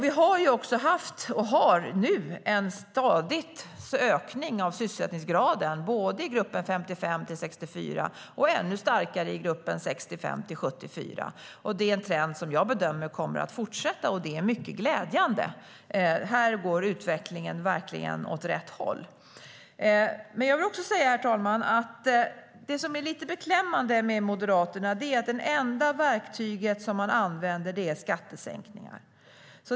Vi har haft och har nu en stadig ökning av sysselsättningsgraden både i gruppen 55-64 och, ännu starkare, i gruppen 65-74. Det är en trend som jag bedömer kommer att fortsätta, och det är mycket glädjande. Här går utvecklingen verkligen åt rätt håll. Men jag vill också säga, herr talman, att det som är lite beklämmande med Moderaterna är att det enda verktyg som man använder är skattesänkningar.